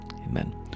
amen